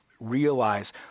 realize